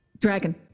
dragon